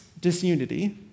disunity